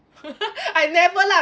I never lah